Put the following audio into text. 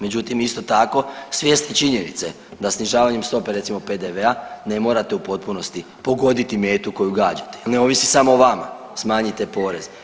Međutim, isto tako svjesni činjenice da snižavanjem stope, recimo PDV-a ne morate u potpunosti pogoditi metu koju gađate jer ne ovisi samo o vama, smanjite porez.